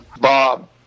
bob